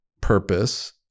purpose